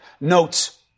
Notes